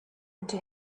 into